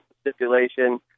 stipulation